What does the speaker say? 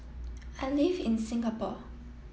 I live in Singapore